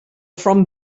from